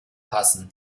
passen